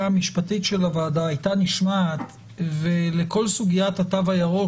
המשפטית של הוועדה הייתה נשמעת לכל סוגיית התו הירוק,